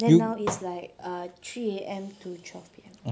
then now it's like err three A_M to twelve P_M